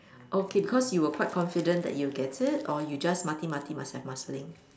okay 'cause you were quite confident that you would get it or you just mati mati must have Marsiling